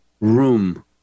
Room